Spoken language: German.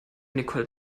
nicole